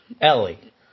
Ellie